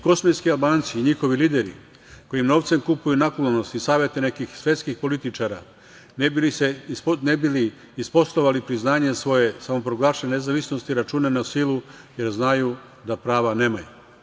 Kosmetski Albanci i njihovi lideri koji novcem kupuju naklonost i savete nekih svetskih političara, ne bi li isposlovali priznanje svoje samoproglašene nezavisnosti, računaju na silu, jer znaju da prava nemaju.